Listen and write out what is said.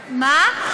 מה?